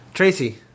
Tracy